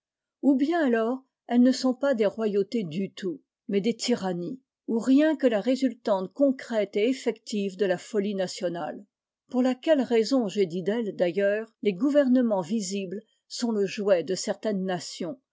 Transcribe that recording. ou bien alors elles ne sont pas des royautés du tout mais des tyrannies ou rien que la résultante concrète et effective de la folie nationale pour laquelle raison j'ai dit d'elles ailleurs i les gouvernements visibles sont le jouet de certaines nations